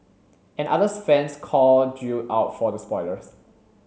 and others fans called Jill out for the spoilers